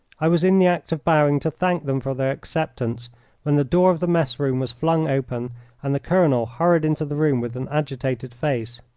i was in the act of bowing to thank them for their acceptance when the door of the mess-room was flung open and the colonel hurried into the room, with an agitated face.